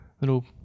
little